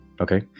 okay